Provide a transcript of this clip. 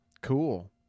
cool